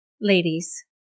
ladies